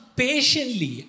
patiently